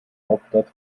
hauptstadt